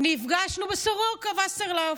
נפגשנו בסורוקה, וסרלאוף,